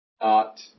art